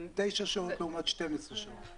תשע שעות לעומת 12 שעות.